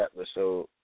episode